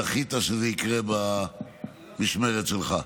זכית שזה יקרה במשמרת שלך.